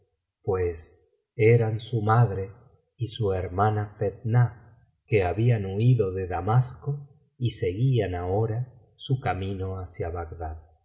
pues eran su madre y su hermana fetnah que habían huido de damasco y seguían ahora su camino hacia bagdad